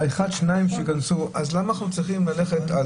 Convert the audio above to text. השניים שייכנסו, למה אנחנו צריכים ללכת על זה?